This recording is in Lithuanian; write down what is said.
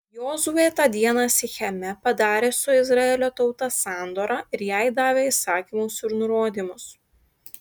jozuė tą dieną sicheme padarė su izraelio tauta sandorą ir jai davė įsakymus ir nurodymus